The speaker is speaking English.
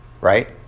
Right